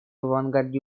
авангарде